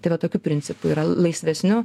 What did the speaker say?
tai va tokiu principu yra laisvesniu